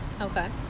Okay